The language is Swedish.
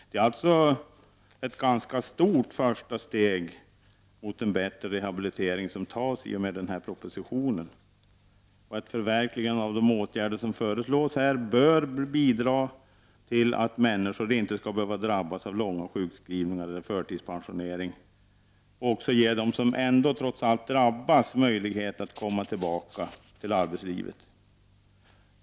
Det är alltså ett ganska stort första steg mot en bättre rehabilitering som tas i och med den här propositionen. Ett förverkligande av de åtgärder som föreslås bör bidra till att människor inte skall behöva drabbas av långa sjukskrivningar eller förtidspensionering, och också ge dem som trots allt ändå drabbas möjlighet att komma tillbaka till arbetslivet.